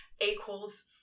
equals